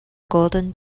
golden